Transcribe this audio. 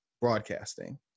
broadcasting